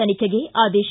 ತನಿಖೆಗೆ ಆದೇಶ